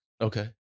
Okay